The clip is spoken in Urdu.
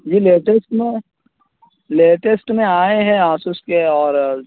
جی لیٹیسٹ میں لیٹیسٹ میں آئے ہیں آسوس کے اور